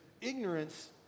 ignorance